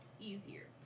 easier